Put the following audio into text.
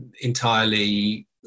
entirely